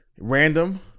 Random